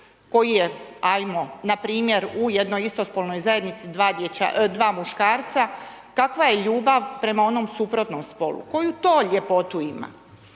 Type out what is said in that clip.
koji je, ajmo npr. u jednoj istospolonoj zajednici dva muškarca, kakva je ljubav prema onom suprotnom spolu, koju to ljepotu ima?